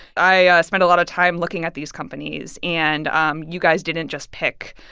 i spend a lot of time looking at these companies. and um you guys didn't just pick,